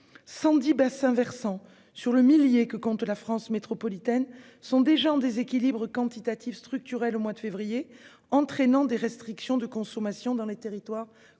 110 bassins versants, sur le millier que compte la France métropolitaine, sont déjà en déséquilibre quantitatif structurel au mois de février, entraînant des restrictions de consommation dans les territoires concernés.